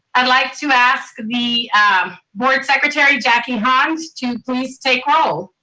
i'd like to ask the board secretary, jackie hann, to please take roll.